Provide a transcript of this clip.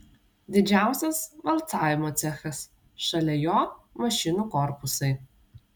didžiausias valcavimo cechas šalia jo mašinų korpusai